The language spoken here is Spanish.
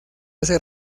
hace